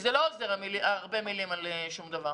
אני מתחננת בפניך כי לא עוזר לשמוע הרבה מילים על שום דבר.